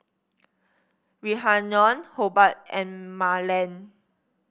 Rhiannon Hobart and Marland